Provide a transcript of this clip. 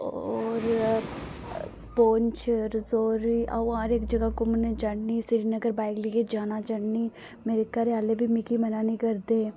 और पुंछ राजोरी अ 'ऊ हर इक जगह घूमने गी जन्नी श्रीनगर वाइक लेइये जाना जन्नी मेरे घरे आहले बी मिगी मना नेंई करदे